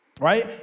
Right